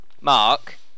Mark